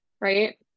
right